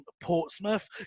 Portsmouth